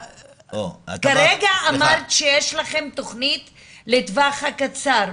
כרגע אמרת שיש לכם תכנית לטווח הקצר.